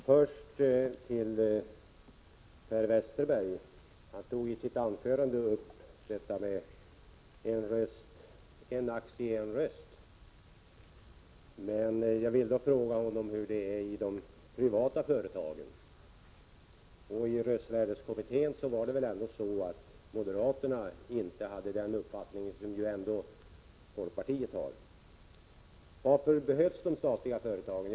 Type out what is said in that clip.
Fru talman! Per Westerberg tog i sitt anförande upp principen en aktie, en röst. Jag vill då fråga honom hur det är i de privata företagen. I röstvärdeskommittén var det väl ändå så att moderaterna inte hade den uppfattning som folkpartiet har. Varför behövs de statliga företagen?